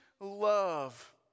love